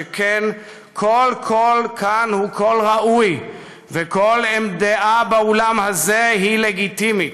שכן כל קול כאן הוא קול ראוי וכל דעה באולם הזה היא לגיטימית.